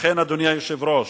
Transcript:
אדוני היושב-ראש,